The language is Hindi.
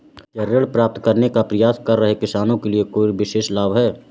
क्या ऋण प्राप्त करने का प्रयास कर रहे किसानों के लिए कोई विशेष लाभ हैं?